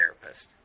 therapist